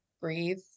breathe